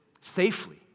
safely